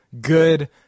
good